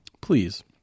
please